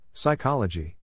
Psychology